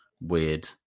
weird